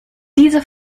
diese